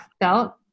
felt